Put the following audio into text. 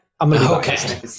Okay